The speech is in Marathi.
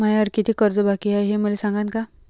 मायावर कितीक कर्ज बाकी हाय, हे मले सांगान का?